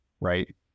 right